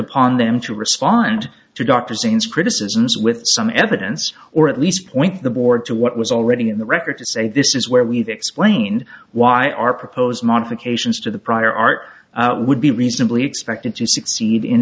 upon them to respond to dr scenes criticisms with some evidence or at least point the board to what was already in the record to say this is where we've explained why our proposed modifications to the prior art would be reasonably expected to succeed in